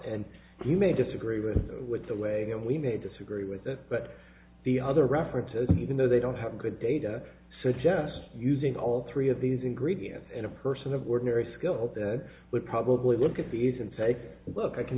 and you may disagree with with the way and we may disagree with that but the other references even though they don't have good data so just using all three of these ingredients in a person of ordinary skill would probably look at these and say look i can